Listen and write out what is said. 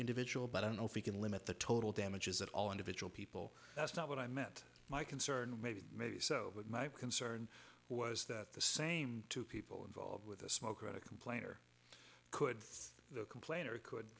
individual but i don't know if we can limit the total damages at all individual people that's not what i meant my concern maybe maybe so but my concern was that the same two people involved with a smoker to complain or could complain or could